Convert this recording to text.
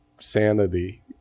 sanity